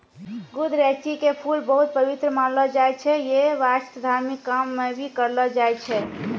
गुदरैंची के फूल बहुत पवित्र मानलो जाय छै यै वास्तं धार्मिक काम मॅ भी करलो जाय छै